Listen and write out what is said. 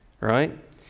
right